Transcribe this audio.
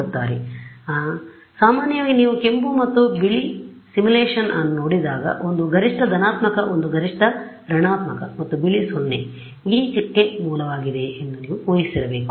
ಆದ್ದರಿಂದ ಸಾಮಾನ್ಯವಾಗಿ ನೀವು ಕೆಂಪು ಮತ್ತು ಬಿಳಿ ಸಿಮ್ಯುಲೇಶನ್ ಅನ್ನು ನೋಡಿದಾಗ ಒಂದು ಗರಿಷ್ಠ ಧನಾತ್ಮಕ ಒಂದು ಗರಿಷ್ಠ negative ಮತ್ತು ಬಿಳಿ 0 ಈ ಚುಕ್ಕೆ ಮೂಲವಾಗಿದೆ ಎಂದು ನೀವು ಊ ಹಿಸಿರಬೇಕು